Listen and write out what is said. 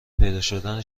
پیداشدن